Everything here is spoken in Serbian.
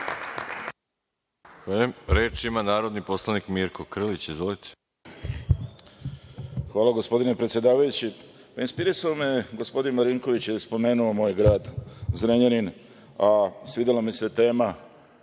Hvala, gospodine predsedavajući. Inspirisao me je gospodin Marinković, jer je spomenuo moj grad Zrenjanin, a svidela mi se tema